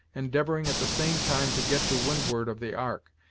endeavoring at the same time to get to windward of the ark,